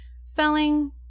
spelling